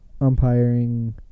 umpiring